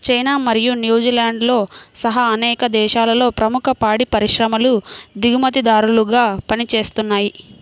China మరియు న్యూజిలాండ్తో సహా అనేక దేశాలలో ప్రముఖ పాడి పరిశ్రమలు దిగుమతిదారులుగా పనిచేస్తున్నయ్